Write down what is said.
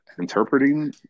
interpreting